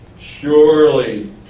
Surely